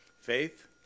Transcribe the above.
Faith